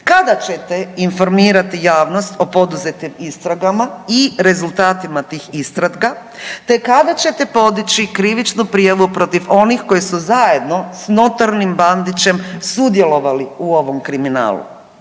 Kada ćete informirati javnost o poduzetim istragama i rezultatima tih istraga te kada ćete podići krivičnu prijavu protiv onih koji su zajedno s notornim Bandićem sudjelovali u ovom kriminalu?